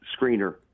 screener